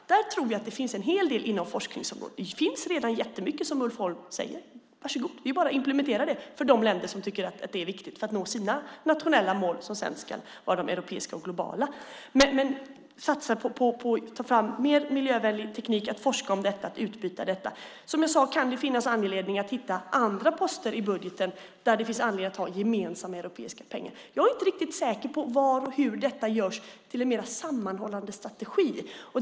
Jag tror att en hel del finns inom forskningsområdet. Där finns redan jättemycket, precis som Ulf Holm säger. Så varsågod! Det är bara för de länder som tycker att det är viktigt för att nå sina nationella mål att implementera detta. Sedan ska de också vara europeiska och globala. Det gäller alltså att satsa på att ta fram mer miljövänlig teknik, forska om det, ha ett utbyte kring det. Som jag sade kan det vara angeläget att hitta andra poster i budgeten där det finns anledning att ta gemensamma europeiska pengar. Jag är dock inte riktigt säker på var och hur detta kan göras till en mer sammanhållen strategi.